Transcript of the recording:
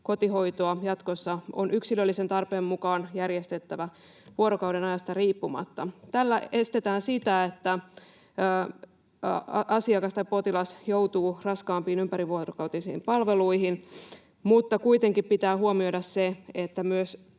kotihoitoa jatkossa on yksilöllisen tarpeen mukaan järjestettävä vuorokaudenajasta riippumatta. Tällä estetään sitä, että asiakas tai potilas joutuu raskaampiin ympärivuorokautisiin palveluihin. Mutta kuitenkin pitää huomioida se, että